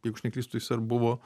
jeigu aš neklystu jis ar buvo